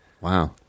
Wow